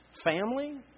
Family